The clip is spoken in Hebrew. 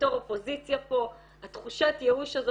בתור אופוזיציה פה תחושת הייאוש הזאת,